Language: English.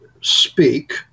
speak